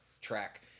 track